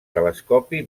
telescopi